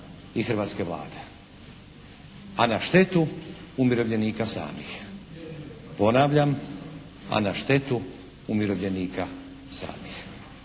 i hrvatske Vlade a na štetu umirovljenika samih. Ponavljam, a na štetu umirovljenika samih.